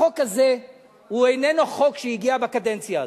החוק הזה איננו חוק שהגיע בקדנציה הזאת.